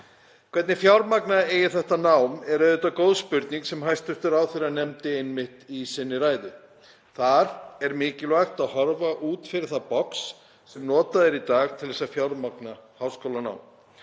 Hvernig fjármagna á þetta nám er auðvitað góð spurning sem hæstv. ráðherra nefndi einmitt í sinni ræðu. Það er mikilvægt að horfa út fyrir það box sem notað er í dag til að fjármagna háskólanám.